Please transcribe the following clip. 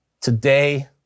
today